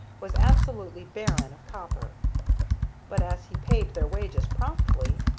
was absolutely barren of copper but, as he paid their wages promptly,